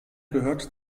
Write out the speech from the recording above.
gehört